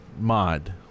mod